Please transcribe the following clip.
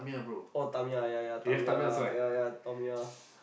oh Tamiya ya ya Tamiya ya ya Tamiya